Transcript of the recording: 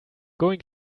going